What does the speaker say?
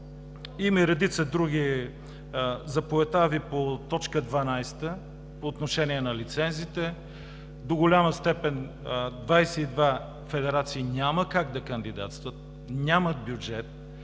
Има и редица други – заповедта Ви по точка 12 по отношение на лицензите, до голяма степен 22 федерации няма как да кандидатстват, нямат бюджет,